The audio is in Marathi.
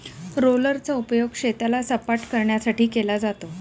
रोलरचा उपयोग शेताला सपाटकरण्यासाठी केला जातो